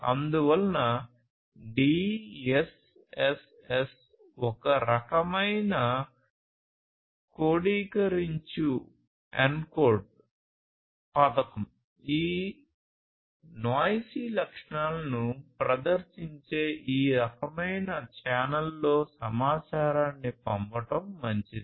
అందువల్ల DSSS ఒక రకమైన కొడీకరించు పథకం ఈ noisy లక్షణాలను ప్రదర్శించే ఈ రకమైన ఛానెల్లలో సమాచారాన్ని పంపడం మంచిది